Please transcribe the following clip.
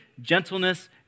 gentleness